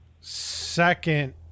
second